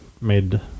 made